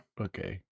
Okay